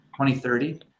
2030